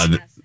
yes